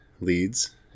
leads